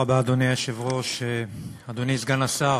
אדוני היושב-ראש, תודה רבה, אדוני סגן השר,